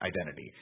identity